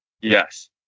Yes